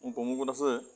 মোৰ promo code আছে